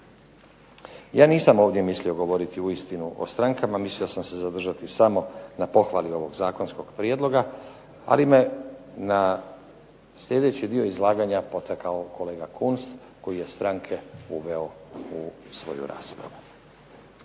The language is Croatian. Ja nisam ovdje mislio govoriti uistinu o strankama, mislio sam se zadržati samo na pohvali ovog zakonskog prijedloga, ali me na sljedeći dio izlaganja potakao kolega Kunst koji je stranke uveo u svoju raspravu.